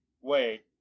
wait